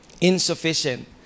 insufficient